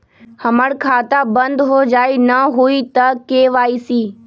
हमर खाता बंद होजाई न हुई त के.वाई.सी?